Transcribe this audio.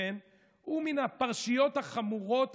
הוא מן הפרשיות החמורות,